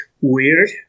weird